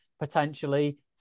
potentially